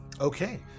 Okay